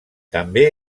també